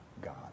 God